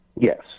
yes